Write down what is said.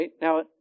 Now